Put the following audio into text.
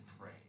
pray